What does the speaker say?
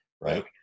right